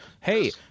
Hey